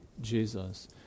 Jesus